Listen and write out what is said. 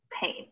pain